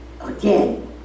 again